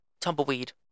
tumbleweed